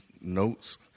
notes